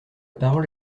parole